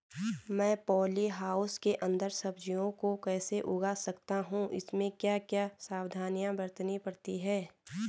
मैं polyhouse के अन्दर सब्जियों को कैसे उगा सकता हूँ इसमें क्या क्या सावधानियाँ बरतनी पड़ती है?